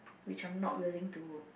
which I'm not willing to